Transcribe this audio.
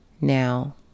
now